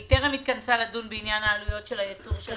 והיא טרם התכנסה לדון בעניין העלויות הייצור של הלחם.